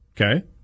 Okay